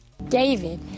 David